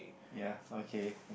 ya okay